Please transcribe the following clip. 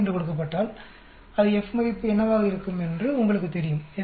05 என்று கொடுக்கப்பட்டால் அது F மதிப்பு என்னவாக இருக்கும் என்று உங்களுக்குத் தெரிவிக்கும்